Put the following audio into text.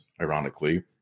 ironically